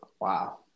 Wow